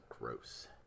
gross